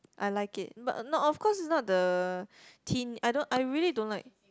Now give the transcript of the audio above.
I like it but not of course it's not the teen I don't I really don't like